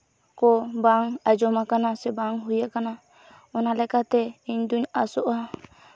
ᱠᱚ ᱵᱟᱝ ᱟᱸᱡᱚᱢ ᱠᱟᱱᱟ ᱥᱮ ᱵᱟᱝ ᱦᱩᱭ ᱠᱟᱱᱟ ᱚᱱᱟ ᱞᱮᱠᱟᱛᱮ ᱤᱧᱫᱩᱧ ᱟᱥᱚᱜᱼᱟ